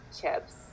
chips